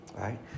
right